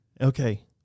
Okay